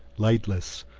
lightless.